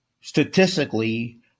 statistically